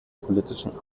politischen